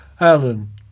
Alan